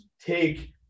take